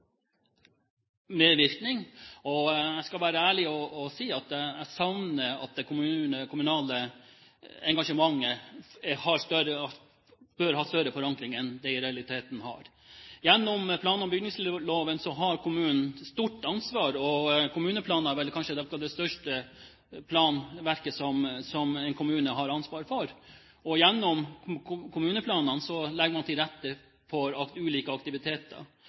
medvirkning, og jeg skal være så ærlig å si at jeg savner at det kommunale engasjementet har større forankring enn det i realiteten har. Gjennom plan- og bygningsloven har kommunen stort ansvar, og kommuneplanen er vel kanskje det største planverket som en kommune har ansvar for. Gjennom kommuneplanene legger man til rette for ulike aktiviteter.